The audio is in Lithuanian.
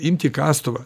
imti kastuvą